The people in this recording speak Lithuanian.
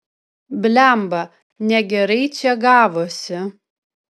blemba negerai čia gavosi